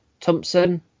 thompson